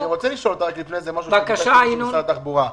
אני רוצה לשאול אותה לפני כן משהו שקשור למשרד התחבורה.